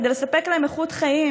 כדי לספק להם איכות חיים,